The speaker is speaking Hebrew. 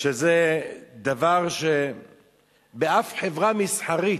שזה דבר שבאף חברה מסחרית,